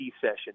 session